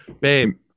Babe